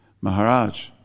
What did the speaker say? Maharaj